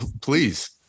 please